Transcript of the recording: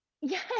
Yes